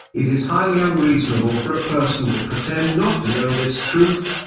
it is highly unreasonable for a person to pretend not to know this truth,